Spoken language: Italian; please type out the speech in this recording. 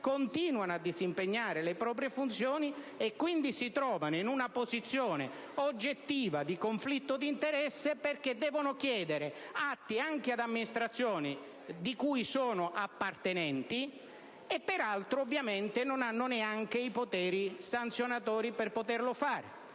continuano a disimpegnare le proprie funzioni. Quindi, si trovano in una posizione oggettiva di conflitto di interesse perché devono chiedere atti anche ad amministrazioni alle quali appartengono e senza avere, peraltro, neanche i poteri sanzionatori per poterlo fare.